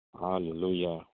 hallelujah